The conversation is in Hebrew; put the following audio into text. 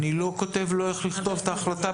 אני לא כותב לו איך לכתוב את ההחלטה.